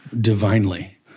divinely